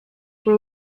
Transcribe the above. por